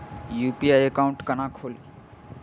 UPI account केना खोलि?